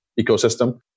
ecosystem